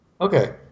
Okay